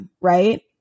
right